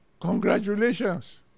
Congratulations